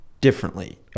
differently